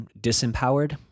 disempowered